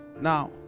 Now